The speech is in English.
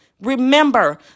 Remember